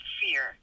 fear